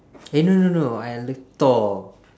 eh no no no I like thor